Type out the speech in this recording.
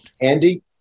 Andy